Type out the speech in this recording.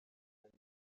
bandi